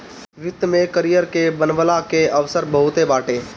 वित्त में करियर के बनवला के अवसर बहुते बाटे